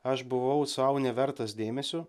aš buvau sau nevertas dėmesio